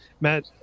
Matt